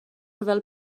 ryfel